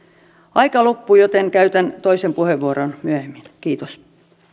aika loppuu joten käytän toisen puheenvuoron myöhemmin kiitos